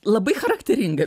labai charakteringa